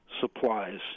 supplies